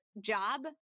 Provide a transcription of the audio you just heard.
job